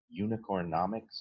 Unicornomics